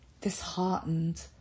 disheartened